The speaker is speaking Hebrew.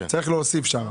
צריך להוסיף שם.